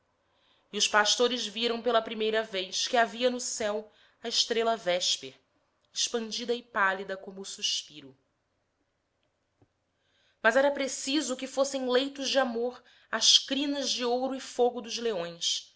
e os pastores viram pela vez primeira que havia no céu a estrela vésper expandida e pálida como o suspiro mas era preciso que fossem leitos de amor as crinas de ouro e fogo dos leões